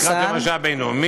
לקראת יום האישה הבין-לאומי,